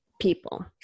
people